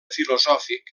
filosòfic